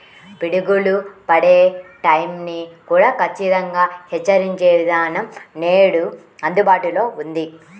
పిడుగులు పడే టైం ని కూడా ఖచ్చితంగా హెచ్చరించే విధానం నేడు అందుబాటులో ఉంది